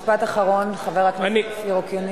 משפט אחרון, חבר הכנסת אופיר אקוניס.